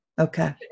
Okay